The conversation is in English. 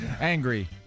Angry